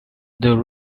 the